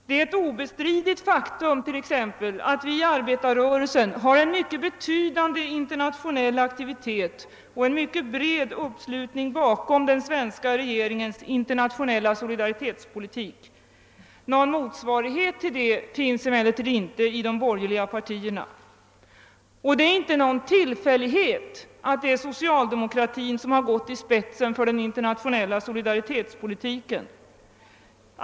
Det är ett obestridligt faktum att vi inom arbetarrörelsen har en mycket betydande internationell aktivitet och en mycket bred uppslutning bakom den svenska regeringens internationella = solidaritetspolitik. Någon motsvarighet till detta finns emellertid inte i de borgerliga partierna. Det är heller ingen tillfällighet att det är socialdemokratin som gått i spetsen för den internationella solidaritetspolitiken.